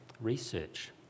research